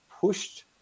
pushed